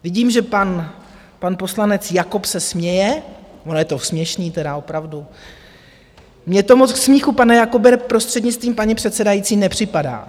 Vidím, že pan poslanec Jakob se směje ono je to směšné tedy, opravdu mě to moc k smíchu, pane Jakobe, prostřednictvím paní předsedající, nepřipadá.